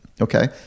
Okay